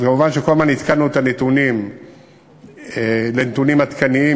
כמובן, כל הזמן עדכנו את הנתונים לנתונים עדכניים.